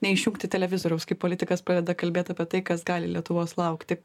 neišjungti televizoriaus kai politikas pradeda kalbėt apie tai kas gali lietuvos laukti